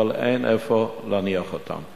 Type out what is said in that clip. אבל אין איפה להניח אותן.